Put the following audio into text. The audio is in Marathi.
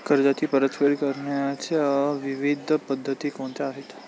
कर्जाची परतफेड करण्याच्या विविध पद्धती कोणत्या आहेत?